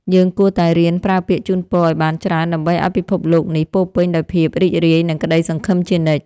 យើងគួរតែរៀនប្រើពាក្យជូនពរឱ្យបានច្រើនដើម្បីឱ្យពិភពលោកនេះពោរពេញដោយភាពរីករាយនិងក្ដីសង្ឃឹមជានិច្ច។